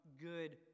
good